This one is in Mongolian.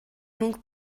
мөнгө